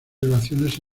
relaciones